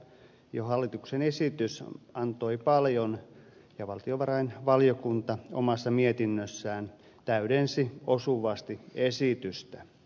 jo hallituksen esitys antoi paljon ja valtiovarainvaliokunta omassa mietinnössään täydensi osuvasti esitystä